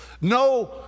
No